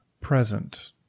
present